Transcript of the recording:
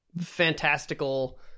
fantastical